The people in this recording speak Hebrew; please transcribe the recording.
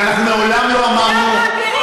ואנחנו מעולם לא אמרנו, על מה אתה מדבר?